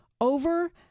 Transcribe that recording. over